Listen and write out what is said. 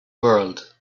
world